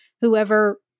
whoever